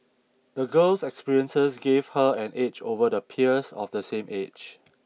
the girl's experiences give her an edge over the peers of the same age